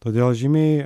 todėl žymiai